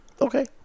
Okay